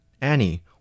Annie